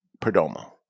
Perdomo